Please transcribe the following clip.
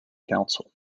council